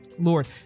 Lord